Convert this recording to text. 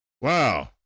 Wow